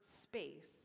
space